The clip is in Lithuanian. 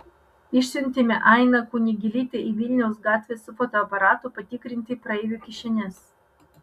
išsiuntėme ainą kunigėlytę į vilniaus gatves su fotoaparatu patikrinti praeivių kišenes